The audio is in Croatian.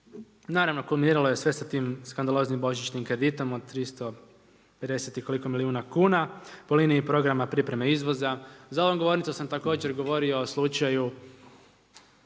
Naravno, kulminiralo je sve sa tim skandaloznim božićnim kreditom od 350 i koliko milijuna kuna, po liniji programa pripreme izvoda. Za ovom govornicom sam također govorio o slučaju